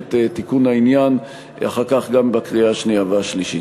את תיקון העניין אחר כך גם בקריאה השנייה והשלישית.